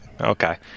okay